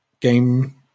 game